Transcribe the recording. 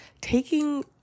Taking